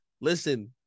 listen